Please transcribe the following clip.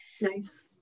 nice